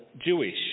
Jewish